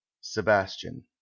Sebastian